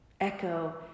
echo